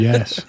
Yes